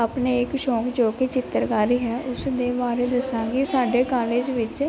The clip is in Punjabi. ਆਪਣੇ ਇੱਕ ਸ਼ੌਕ ਜੋ ਕਿ ਚਿੱਤਰਕਾਰੀ ਹੈ ਉਸਦੇ ਬਾਰੇ ਦੱਸਾਂਗੀ ਸਾਡੇ ਕਾਲਜ ਵਿੱਚ